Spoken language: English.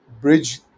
Bridge